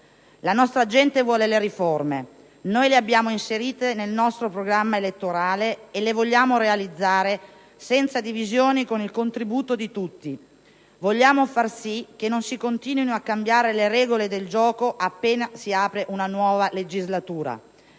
La nostra gente vuole le riforme; noi le abbiamo inserite nel nostro programma elettorale e le vogliamo realizzare senza divisioni e con il contributo di tutti. Vogliamo far sì che non si continuino a cambiare le regole del gioco appena si apre una nuova legislatura.